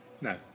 No